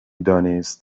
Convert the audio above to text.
دانست